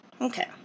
Okay